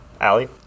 Allie